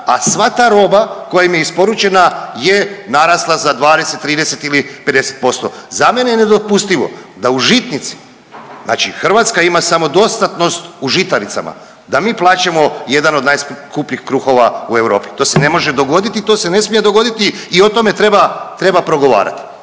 a sva ta roba koja im je isporučena je narasla za 20, 30 ili 50%. Za mene je nedopustivo da u žitnici, znači Hrvatska ima samodostatnost u žitaricama, da mi plaćamo jedan od najskupljih kruhova u Europa, to se ne može dogoditi i to se ne smije dogoditi i o tome treba, treba progovarati.